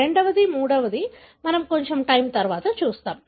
రెండవది మూడవది మనం కొంచెం టైం తరువాత చూస్తాము